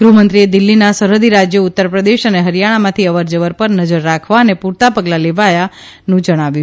ગૂહમંત્રીએ દિલ્હીના સરહદી રાજયો ઉત્તરપ્રદેશ અને હરિયાણામાંથી અવરજવર પર નજર રાખવા અને પૂરતાં પગલાં લેવાયાંનું જણાવ્યું